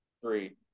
three